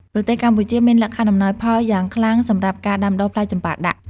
ប្រទេសកម្ពុជាមានលក្ខខណ្ឌអំណោយផលយ៉ាងខ្លាំងសម្រាប់ការដាំដុះផ្លែចម្ប៉ាដាក់។